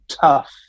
tough